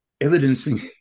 evidencing